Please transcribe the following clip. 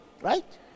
Right